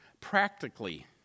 Practically